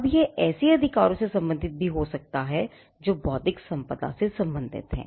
अब यह ऐसे अधिकारों से संबंधित हो सकता है जो बौद्धिक संपदा से सम्बंधित हैं